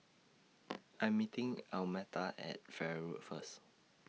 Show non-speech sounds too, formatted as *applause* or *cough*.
*noise* I Am meeting Almeta At Farrer Road First